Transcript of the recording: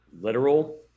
literal